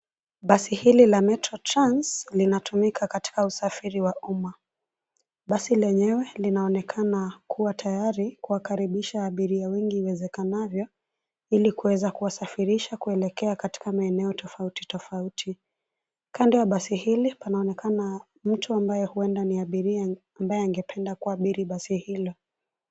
Basi hili la metro trans linatumika katika usafiri wa umma .Basi lenyewe linaonekana kuwa tayari kuwakaribisha abiria wengi iwezekanavyo, ili kuweza kuwasafirisha keulekea katika maeneo tofauti tofauti. Kando ya basi hili, panaonekana mtu ambaye huenda ni abiria ambaye angependa kuabiri basi hilo.